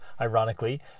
ironically